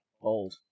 Old